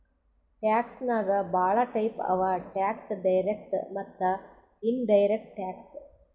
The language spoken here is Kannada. ಟ್ಯಾಕ್ಸ್ ನಾಗ್ ಭಾಳ ಟೈಪ್ ಅವಾ ಟ್ಯಾಕ್ಸ್ ಡೈರೆಕ್ಟ್ ಮತ್ತ ಇನಡೈರೆಕ್ಟ್ ಟ್ಯಾಕ್ಸ್